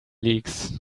leaks